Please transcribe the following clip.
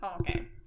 okay